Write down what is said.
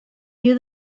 knew